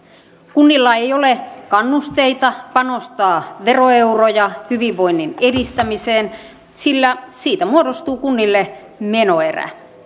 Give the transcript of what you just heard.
kunnilla ei ole kannusteita panostaa veroeuroja hyvinvoinnin edistämiseen sillä siitä muodostuu kunnille menoerä